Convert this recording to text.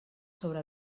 sobre